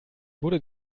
wurde